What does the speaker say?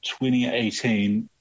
2018